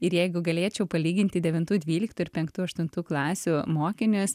ir jeigu galėčiau palyginti devintų dvyliktų ir penktų aštuntų klasių mokinius